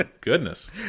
goodness